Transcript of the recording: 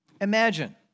Imagine